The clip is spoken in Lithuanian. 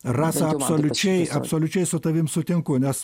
rasa absoliučiai absoliučiai su tavim sutinku nes